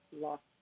lost